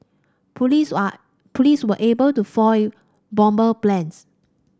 police police were able to foil bomber plans